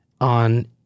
on